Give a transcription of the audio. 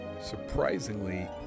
surprisingly